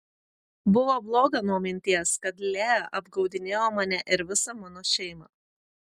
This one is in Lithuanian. buvo bloga nuo minties kad lee apgaudinėjo mane ir visą mano šeimą